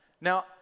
Now